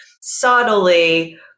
subtly